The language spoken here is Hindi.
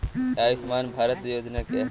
आयुष्मान भारत योजना क्या है?